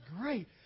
great